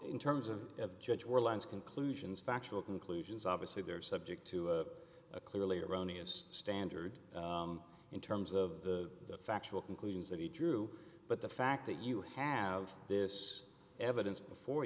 in terms of judge were lines conclusions factual conclusions obviously they're subject to a clearly erroneous standard in terms of the factual conclusions that he drew but the fact that you have this evidence before